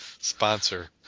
sponsor